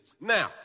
Now